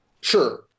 Sure